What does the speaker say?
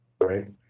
right